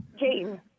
Jane